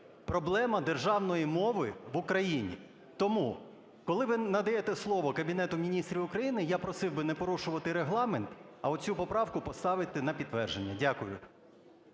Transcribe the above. проблема державної мови в Україні. Тому, коли ви надаєте слово Кабінету Міністрів України, я просив би не порушувати Регламент, а от цю поправку поставити на підтвердження. Дякую.